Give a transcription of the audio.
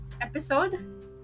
episode